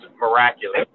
miraculous